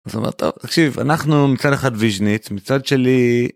אז הוא אמר טוב תקשיב אנחנו מצד אחד וישניץ' מצד שלי.